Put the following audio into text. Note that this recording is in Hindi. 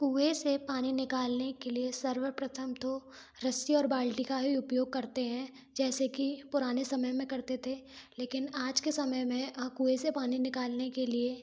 कुएँ से पानी निकालने के लिए सर्वप्रथम तो रस्सी और बाल्टी का ही उपयोग करते हैं जैसे कि पुराने समय में करते थे लेकिन आज के समय में कुएँ से पानी निकालने के लिए